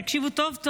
תקשיבו טוב,